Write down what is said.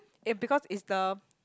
eh because is the